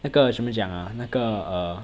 那个什么讲啊那个 err